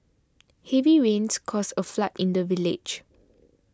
heavy rains caused a flood in the village